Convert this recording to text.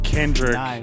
Kendrick